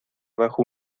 bajo